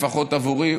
לפחות עבורי,